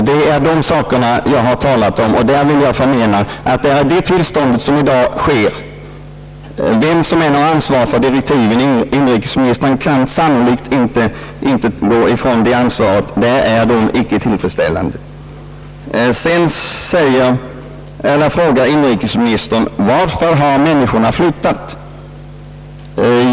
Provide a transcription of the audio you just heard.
Det är dessa saker jag har talat om och jag vill förmena att tillståndet — vem som än har ansvaret för direktiven, inrikesministern kan sannolikt inte gå ifrån det ansvaret — icke är tillfredsställande. Inrikesministern frågar varför människorna har flyttat.